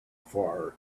far